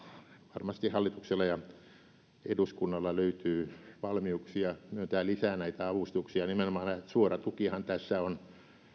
varmasti hallituksella ja eduskunnalla löytyy valmiuksia myöntää lisää näitä avustuksia nimenomaan suora tukihan on